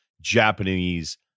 japanese